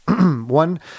One